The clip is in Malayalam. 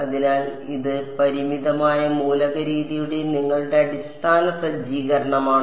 അതിനാൽ ഇത് പരിമിതമായ മൂലക രീതിയുടെ നിങ്ങളുടെ അടിസ്ഥാന സജ്ജീകരണമാണ്